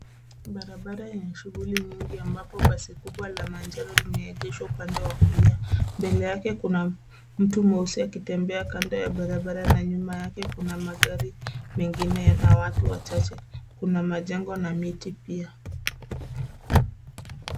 Barabara yenye shughuli nyingi ambapo basi kubwa la manjano limeegeshwa upande wa kulia. Mbele yake kuna mtu mweusi akitembea kando ya barabara na nyuma yake kuna magari mengine na watu wachache. Kuna majengo na miti pia.